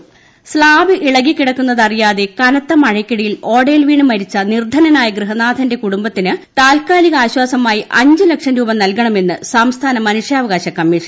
മനുഷ്യാവകാശ commission slab ഇളകി കിടക്കുന്നത് അറിയാതെ കനത്ത മഴയ്ക്കിടയിൽ ഓടയിൽ വീണ് മരിച്ച നിർദ്ധനനായ ഗൃഹനാഥന്റെ കുടുംബത്തിന് താത്ക്കാലികാശ്വാസമായി അഞ്ചു ലക്ഷം രൂപ നൽകണമെന്ന് സംസ്ഥാന മനുഷ്യാവകാശ കമ്മീഷൻ